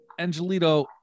angelito